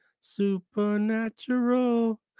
supernatural